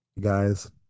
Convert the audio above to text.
guys